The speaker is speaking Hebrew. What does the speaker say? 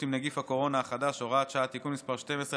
עם נגיף הקורונה החדש (הוראת שעה) (תיקון מס' 12),